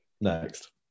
next